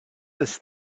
this